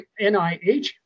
NIH